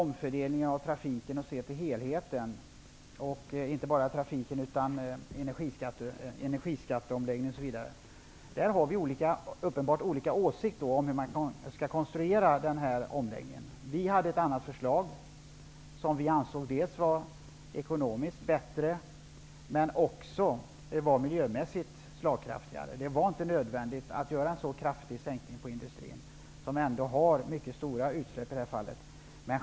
Miljöministern talar också om energiskatteomläggningen och behovet av att se till helheten. Vi har uppenbarligen olika åsikter om hur man skall konstruera omläggningen. Vi hade ett annat förslag, som vi ansåg var både ekonomiskt bättre och miljömässigt slagkraftigare. Det var inte nödvändigt att göra en så kraftig sänkning av industrins energiskatter, eftersom industrin ändå har mycket stora utsläpp.